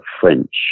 French